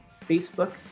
Facebook